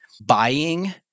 buying